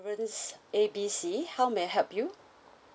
A B C how may I help you